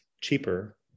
cheaper